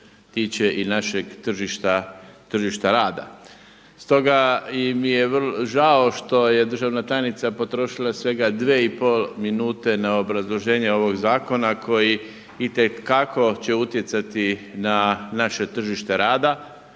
i našeg tržišta rada. Stoga mi je žao što je državna tajnica potrošila svega dvije i pol minute na obrazloženje ovog zakona koji itekako će utjecati na naše tržište rada